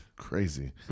Crazy